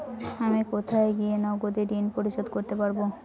আমি কোথায় গিয়ে নগদে ঋন পরিশোধ করতে পারবো?